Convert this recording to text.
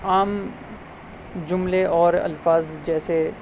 عام جملے اور الفاظ جیسے